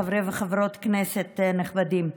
חברי וחברות כנסת נכבדים,